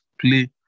play